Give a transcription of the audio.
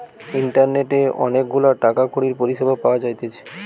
ইন্টারনেটে অনেক গুলা টাকা কড়ির পরিষেবা পাওয়া যাইতেছে